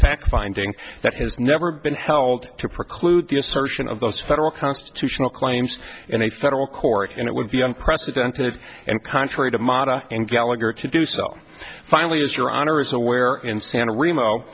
fact finding that has never been held to preclude the assertion of those federal constitutional claims in a federal court and it would be unprecedented and contrary to modify and gallagher to do so finally as your honor is aware insana